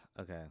Okay